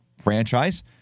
franchise